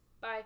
Bye